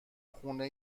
خونه